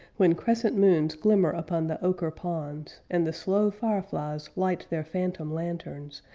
when crescent moons glimmer upon the ocher ponds, and the slow fireflies light their phantom lanterns,